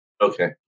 Okay